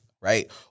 right